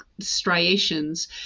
striations